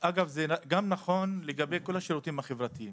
אגב גם נכון לגבי כל השירותים החברתיים,